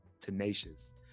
tenacious